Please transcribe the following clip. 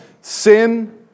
sin